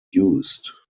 used